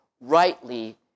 rightly